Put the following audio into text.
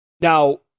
Now